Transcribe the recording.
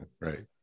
Right